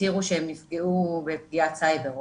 הצהירו שהם נפגעו בפגיעת סייבר,